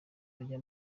bajye